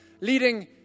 leading